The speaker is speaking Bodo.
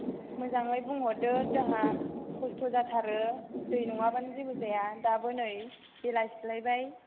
मोजाङै बुंहरदो जोंहा खस्थ' जाथारो दै नङाबानो जेबो जाया दाबो नै बेलासिलायबाय